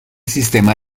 sistema